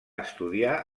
estudiar